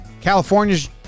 California's